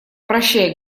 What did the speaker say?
прощай